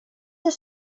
his